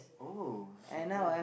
oh surprising